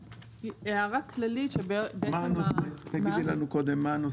הערה כללית -- תגידי לנו קודם מה הנושא.